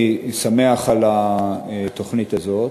ראשית, אני שמח על התוכנית הזאת,